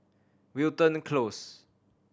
Wilton Close